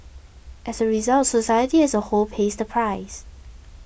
as a result society as a whole pays the price